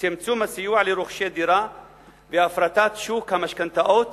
צמצום הסיוע לרוכשי דירה והפרטת שוק המשכנתאות,